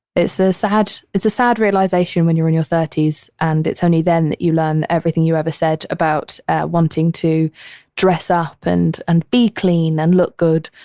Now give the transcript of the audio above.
it's a sad, it's a sad realization when you're in your thirty s and it's only then that you learn everything you ever said about wanting to dress up and and be clean and look good.